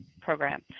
program